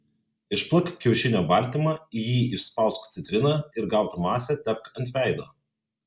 išplak kiaušinio baltymą į jį išspausk citriną ir gautą masę tepk ant veido